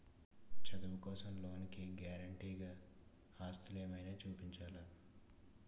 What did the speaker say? చదువు కోసం లోన్ కి గారంటే గా ఆస్తులు ఏమైనా చూపించాలా?